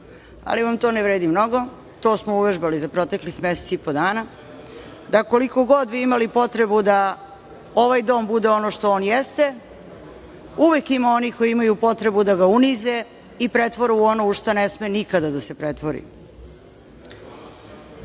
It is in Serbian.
ali vam to ne vredi mnogo. To smo uvežbali za proteklih mesec i po dana. Koliko god vi imali potrebu da ovaj dom bude ono što on jeste, uvek ima onih koji imaju potrebu da ga unize i pretvore u ono u šta ne sme nikada da se pretvori.